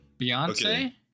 Beyonce